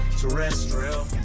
Terrestrial